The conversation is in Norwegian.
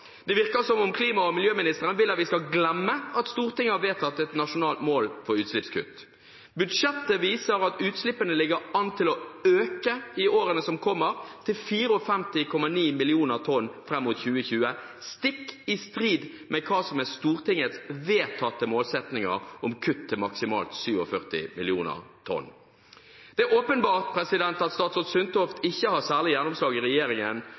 Det virker som klima- og miljøministeren vil at vi skal glemme at Stortinget har vedtatt et nasjonalt mål for utslippskutt. Budsjettet viser at utslippene ligger an til å øke i årene som kommer, til 54,9 millioner tonn fram mot 2020 – stikk i strid med hva som er Stortingets vedtatte målsetting om kutt til maksimalt 47 millioner tonn. Det er åpenbart at statsråd Sundtoft ikke har særlig gjennomslag i regjeringen